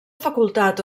facultat